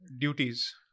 duties